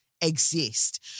exist